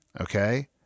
okay